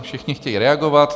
Všichni chtějí reagovat.